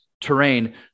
terrain